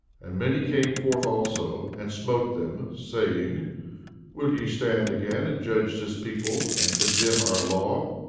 and many came forth also, and smote them, saying will ye stand again and judge this people, and condemn our law?